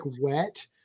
wet